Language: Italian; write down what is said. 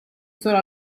solo